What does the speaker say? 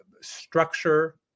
structure